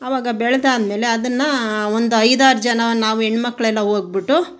ಅವಾಗ ಬೆಳ್ದು ಆದಮೇಲೆ ಅದನ್ನು ಒಂದು ಐದಾರು ಜನ ನಾವು ಹೆಣ್ ಮಕ್ಳು ಎಲ್ಲ ಹೋಗ್ಬಿಟು